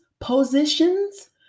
positions